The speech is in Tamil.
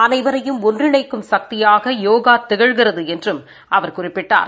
அனைவரையும் ஒன்றிணைக்கும் சக்தியாக யோகா திகழ்கிறது என்றும் அவர் குறிப்பிட்டார்